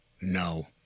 no